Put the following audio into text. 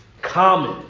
common